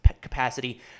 capacity